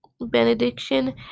benediction